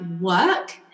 work